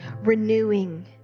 renewing